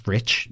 Rich